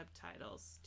subtitles